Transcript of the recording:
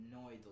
Annoyed